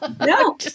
No